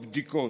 בדיקות,